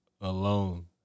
alone